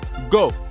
go